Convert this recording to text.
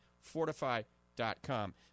Fortify.com